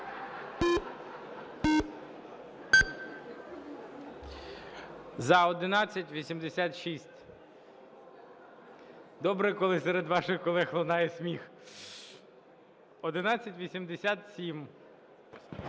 За - 1186. Добре, коли серед ваших колег лунає сміх. 1187.